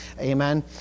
Amen